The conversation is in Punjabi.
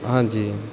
ਹਾਂਜੀ